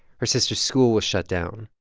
her sister's school was shut down.